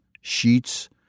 Sheets